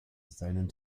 seinen